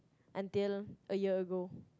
Until a year ago